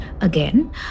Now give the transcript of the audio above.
Again